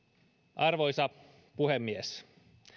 arvoisa puhemies